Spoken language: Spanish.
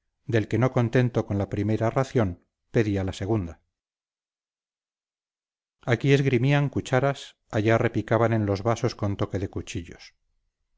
del que no contento con la primera ración pedía la segunda aquí esgrimían cucharas allá repicaban en los vasos con toque de cuchillos